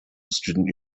student